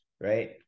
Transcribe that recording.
right